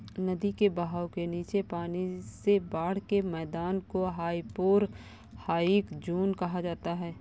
नदी के बहाव के नीचे पानी से बाढ़ के मैदान को हाइपोरहाइक ज़ोन कहा जाता है